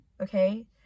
okay